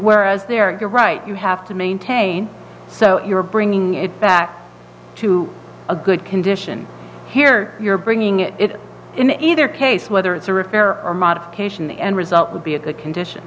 where as there is a right you have to maintain so you're bringing it back to a good condition here you're bringing it in either case whether it's a refresher or modification the end result would be a good condition